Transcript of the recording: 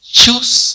choose